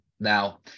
Now